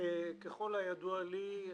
ככל הידוע לי,